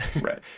Right